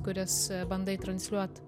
kurias bandai transliuot